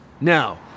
Now